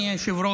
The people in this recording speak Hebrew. זה לא בגלל,